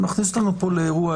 זה מכניס אותנו פה לאירוע.